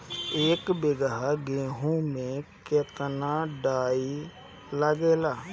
एक बीगहा गेहूं में केतना डाई लागेला?